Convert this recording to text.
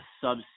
sub